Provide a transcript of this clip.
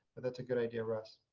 that's a good idea, russ.